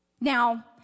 Now